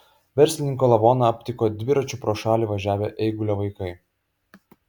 verslininko lavoną aptiko dviračiu pro šalį važiavę eigulio vaikai